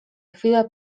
chwilę